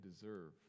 deserve